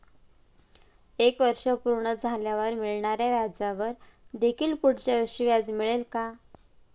एक वर्ष पूर्ण झाल्यावर मिळणाऱ्या व्याजावर देखील पुढच्या वर्षी व्याज मिळेल का?